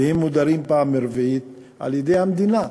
והם מודרים פעם רביעית על-ידי המדינה,